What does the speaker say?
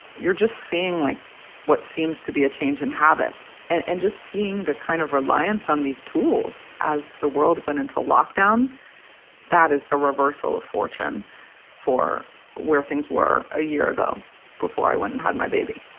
you're just seeing like what seems to be a change in habits and and just seeing the kind of reliance on these tools as the world went into lockdown that is the reversal of fortune for where things were a year ago before i went and had my baby